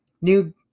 new